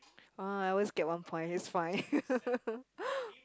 [huh] I always get one point it's fine